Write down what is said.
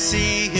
see